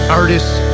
artists